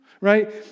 right